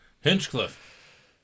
hinchcliffe